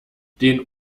den